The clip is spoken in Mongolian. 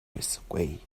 байсангүй